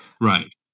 Right